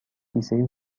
کیسه